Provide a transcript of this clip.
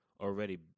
already